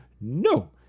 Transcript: no